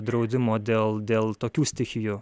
draudimo dėl dėl tokių stichijų